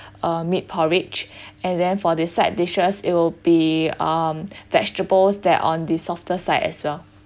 uh meat porridge and then for the side dishes it'll be um vegetables that on the softer side as well